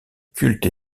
culte